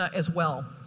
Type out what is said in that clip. ah as well.